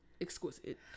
exquisite